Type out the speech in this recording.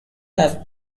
have